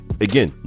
again